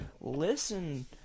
Listen